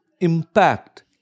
impact